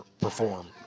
perform